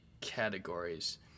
categories